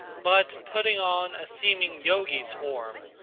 but putting on a seeming yogi's form,